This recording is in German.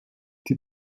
die